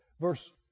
verse